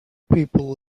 people